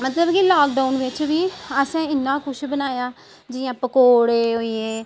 मतलब की लॉकडाउन बिच बी असें इन्ना कुछ बनाया जियां पकौड़े़ होई गे